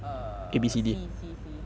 err C C C